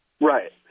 Right